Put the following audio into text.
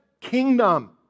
kingdom